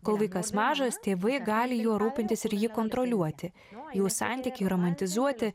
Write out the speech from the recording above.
kol vaikas mažas tėvai gali juo rūpintis ir jį kontroliuoti jų santykiai romantizuoti